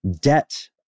debt